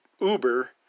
uber